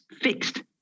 fixed